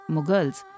Mughals